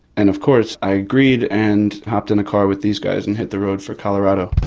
and of course i agreed and hopped in a car with these guys and hit the road for colorado.